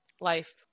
life